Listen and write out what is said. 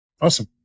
Awesome